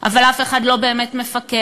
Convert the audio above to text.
אבל אף אחד לא באמת מפקח.